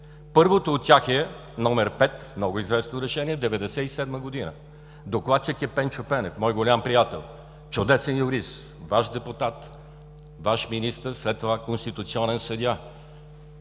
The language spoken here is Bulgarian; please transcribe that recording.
Първото от тях е № 5, много известно решение от 1997 г. Докладчик е Пенчо Пенев – мой голям приятел, чудесен юрист, Ваш депутат, Ваш министър, след това конституционен съдия.